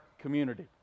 community